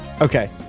Okay